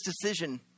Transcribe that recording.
decision